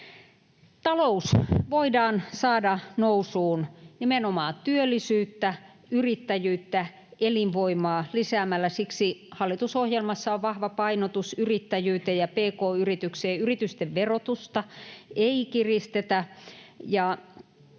Talous voidaan saada nousuun nimenomaan työllisyyttä, yrittäjyyttä, elinvoimaa lisäämällä. Siksi hallitusohjelmassa on vahva painotus yrittäjyyteen ja pk-yrityksiin. Yritysten verotusta ei kiristetä,